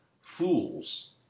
Fools